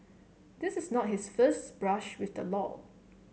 this is not his first brush with the law